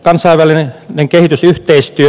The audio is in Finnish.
kansainvälinen kehitysyhteistyö